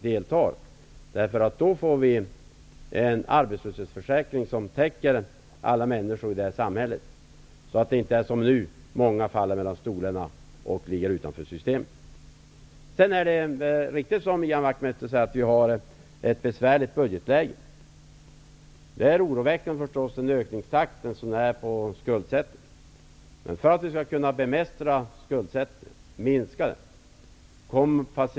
Då får vi en arbetslöshetsförsäkring som täcker alla människor i det här samhället, så att inte -- som nu -- många står utanför systemet och faller mellan stolarna. Det är viktigt att Ny demokrati deltar i det arbetet. Sedan är det riktigt, som Ian Wachtmeister säger, att vi har ett besvärligt budgetläge. Ökningstakten på skuldsättningen är naturligtvis oroväckande.